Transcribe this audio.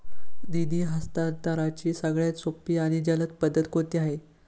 निधी हस्तांतरणाची सगळ्यात सोपी आणि जलद पद्धत कोणती आहे?